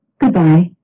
Goodbye